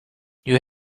you